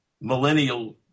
millennial